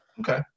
Okay